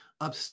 up